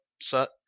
set